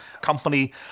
company